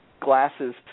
glasses